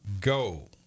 go